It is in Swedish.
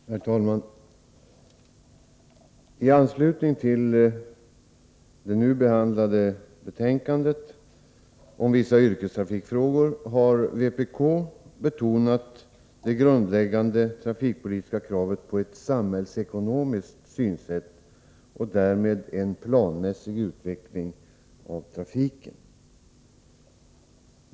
Herr talman! I anslutning till det nu behandlade betänkandet om vissa yrkestrafikfrågor har vpk betonat det grundläggande trafikpolitiska kravet på ett samhällsekonomiskt synsätt och därmed en planmässig utveckling av trafiken.